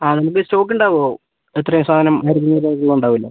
ആ നമുക്ക് സ്റ്റോക്ക് ഉണ്ടാകുമോ എത്രയാണ് സാധനം വരുന്നതിൽ അധികം ഉണ്ടാവില്ലേ